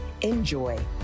Enjoy